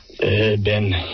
Ben